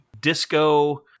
disco